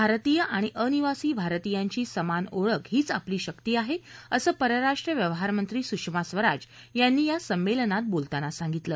भारतीय आणि अनिवासी भारतीयांची समान ओळख हीच आपली शक्ती आहे असं परराष्ट्र व्यवहार मंत्री सुषमा स्वराज यांनी या संमेलनात बोलताना सांगितलं